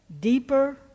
deeper